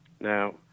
Now